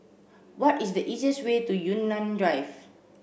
what is the easiest way to Yunnan Drive